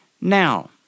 Now